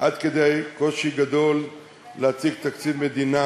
עד כדי קושי גדול להציג תקציב מדינה,